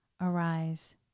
arise